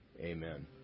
Amen